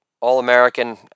all-American